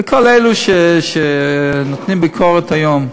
וכל אלו שנותנים ביקורת היום,